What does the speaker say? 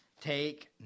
take